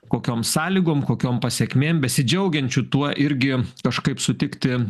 kokiom sąlygom kokiom pasekmėm besidžiaugiančių tuo irgi kažkaip sutikti